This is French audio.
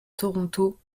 toronto